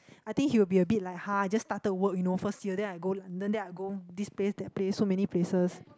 I think he would be a bit like hard just started work you know first year then I go London then I go this place that place so many places